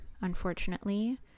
unfortunately